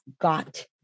got